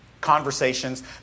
conversations